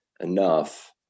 Enough